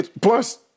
plus